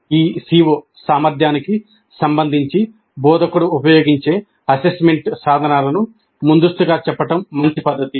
ఈ CO సామర్థ్యానికి సంబంధించి బోధకుడు ఉపయోగించే అసెస్మెంట్ సాధనాలను ముందస్తుగా చెప్పడం మంచి పద్ధతి